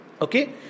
Okay